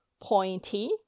Pointy